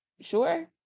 sure